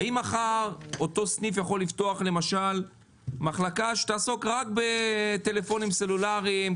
האם מחר אותו סניף יכול לפתוח למשל מחלקה שתעסוק רק בטלפונים סלולריים,